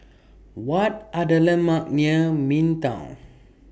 What Are The landmarks near Midtown